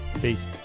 peace